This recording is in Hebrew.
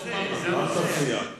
אז בתורו ישכיל אותנו בתורה שלו.